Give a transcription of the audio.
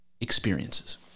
experiences